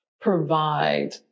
provide